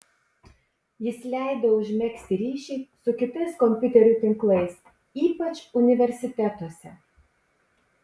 jis leido užmegzti ryšį su kitais kompiuterių tinklais ypač universitetuose